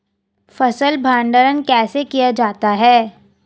फ़सल भंडारण कैसे किया जाता है?